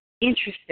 interesting